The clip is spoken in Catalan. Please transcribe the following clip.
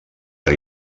per